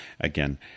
Again